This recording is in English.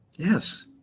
yes